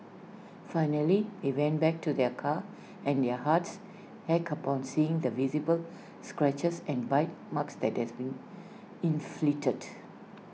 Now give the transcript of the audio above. finally they went back to their car and their hearts ached upon seeing the visible scratches and bite marks that has been inflicted